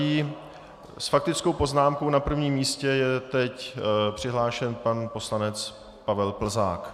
S faktickou poznámkou na prvním místě je teď přihlášen pan poslanec Pavel Plzák.